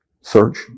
search